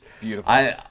Beautiful